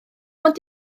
ond